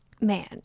Man